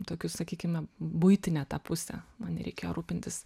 tokius sakykime buitinę tą pusę man nereikėjo rūpintis